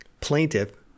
plaintiff